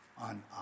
on